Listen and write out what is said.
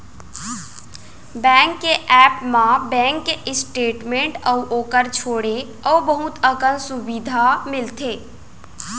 bank के app म bank के स्टेट मेंट अउ ओकर छोंड़े अउ बहुत अकन सुबिधा मिलथे